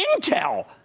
Intel